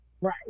right